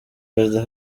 perezida